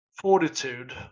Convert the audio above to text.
fortitude